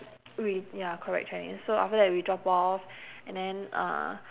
we ya correct chinese so after that we drop off and then uh